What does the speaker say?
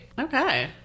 Okay